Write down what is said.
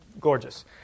gorgeous